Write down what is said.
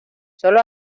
sólo